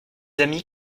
amis